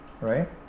right